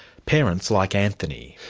parents like anthony.